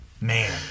man